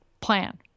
plan